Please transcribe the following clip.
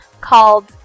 called